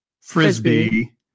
Frisbee